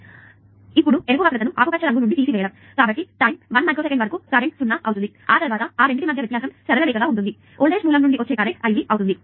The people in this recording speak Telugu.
కాబట్టి చేయవలసింది ఈ ఎరుపు వక్రతను ఆకుపచ్చ రంగు నుండి తీసివేయడం కాబట్టి టైం 1 మైక్రో సెకండ్ వరకు కరెంట్ 0 అవుతుంది ఆ తర్వాత ఈ రెండింటి మధ్య వ్యత్యాసం సరళ రేఖ గా ఉంటుంది కాబట్టి వోల్టేజ్ మూలం నుండి వచ్చే కరెంట్ i V అవుతుంది